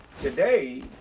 today